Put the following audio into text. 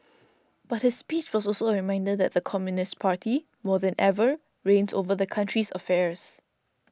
but his speech was also a reminder that the Communist Party more than ever reigns over the country's affairs